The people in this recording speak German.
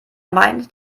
meint